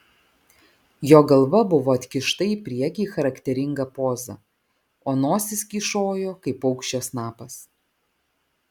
jo galva buvo atkišta į priekį charakteringa poza o nosis kyšojo kaip paukščio snapas